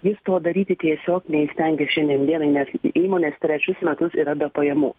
jis to daryti tiesiog neįstengia šiandien dienai nes įmonės trečius metus yra be pajamų